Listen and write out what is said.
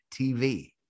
TV